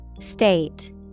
State